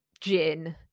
gin